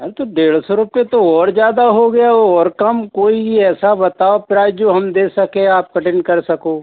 अरे तो डेढ़ सौ रुपये तो ओर ज़्यादा हो गया ओर कम कोई ऐसा बताओ प्राइज जो हम दे सकें आप कटिंग कर सको